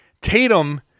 Tatum